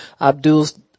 Abdul's